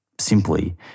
simply